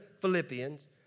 Philippians